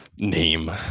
name